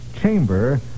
Chamber